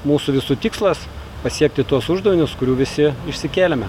mūsų visų tikslas pasiekti tuos uždavinius kurių visi išsikėlėme